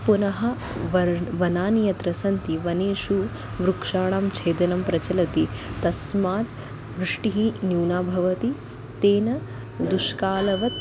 पुनः वर् वनानि यत्र सन्ति वनेषु वृक्षाणां छेदनं प्रचलति तस्मात् वृष्टिः न्यूना भवति तेन दुष्कालवत्